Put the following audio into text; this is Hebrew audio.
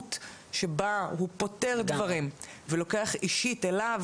שהמהירות שבה הוא פותר דברים ולוקח אישית אליו